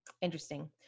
interesting